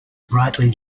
brightly